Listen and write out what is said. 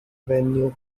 venue